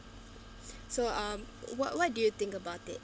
so um what what do you think about it